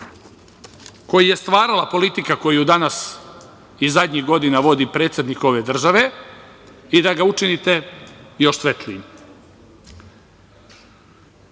koji je stvarala politika koju danas i zadnjih godina vodi predsednik ove države i da ga učinite još svetlijim.